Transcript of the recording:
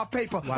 paper